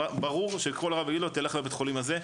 ברור שכל רב יגיד לו: תלך לבית החולים הזה,